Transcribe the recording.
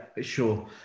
sure